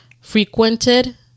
frequented